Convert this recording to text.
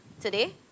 today